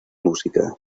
música